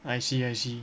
I see I see